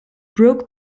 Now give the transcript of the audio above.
broke